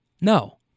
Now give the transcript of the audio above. no